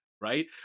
right